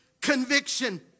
conviction